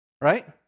right